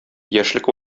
яшьлек